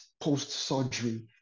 post-surgery